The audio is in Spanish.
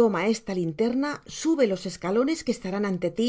toma esta linterna subelos escalones que estarán ante ti